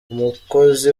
umukozi